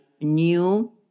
new